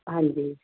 ਹਾਂਜੀ